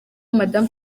madame